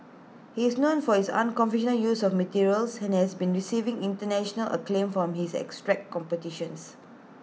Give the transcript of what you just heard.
he is known for his unconventional use of materials and has been receiving International acclaim for his abstract compositions